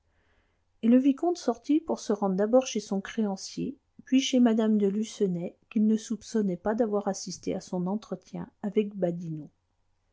et le vicomte sortit pour se rendre d'abord chez son créancier puis chez mme de lucenay qu'il ne soupçonnait pas d'avoir assisté à son entretien avec badinot